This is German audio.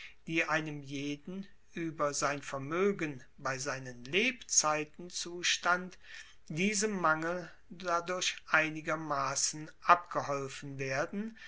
die einem jeden ueber sein vermoegen bei seinen lebzeiten zustand diesem mangel dadurch einigermassen abgeholfen werden